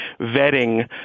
vetting